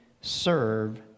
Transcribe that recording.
serve